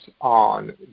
on